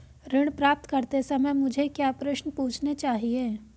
ऋण प्राप्त करते समय मुझे क्या प्रश्न पूछने चाहिए?